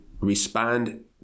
respond